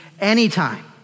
anytime